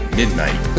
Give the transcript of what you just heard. midnight